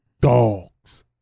dogs